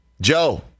Joe